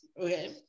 Okay